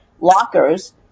lockers